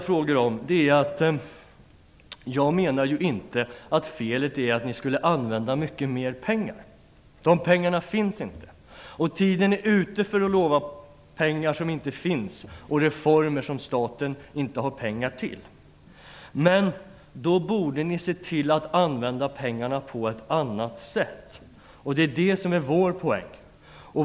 För det tredje: Jag menar ju inte att felet är att ni skulle använda för mycket pengar. De pengarna finns inte. Tiden är ute för att lova pengar som inte finns och reformer som staten inte har råd med. Men då borde ni se till att använda pengarna på ett annat sätt. Det är det som är vår poäng.